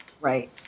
right